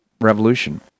revolution